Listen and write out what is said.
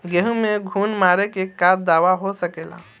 गेहूँ में घुन मारे के का दवा हो सकेला?